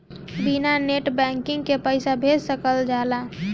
बिना net banking के पईसा भेज सकल जाला?